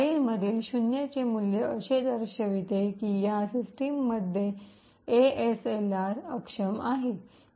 फाईलमधील 0 चे मूल्य असे दर्शविते की या सिस्टम मध्ये एएसएलआर अक्षम आहे